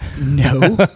No